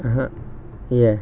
(uh huh) ya